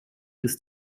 ist